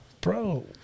Bro